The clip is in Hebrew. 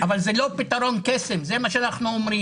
אבל זה לא פתרון קסם, זה מה שאנחנו אומרים.